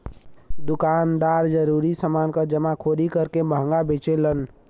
दुकानदार जरूरी समान क जमाखोरी करके महंगा बेचलन